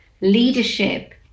leadership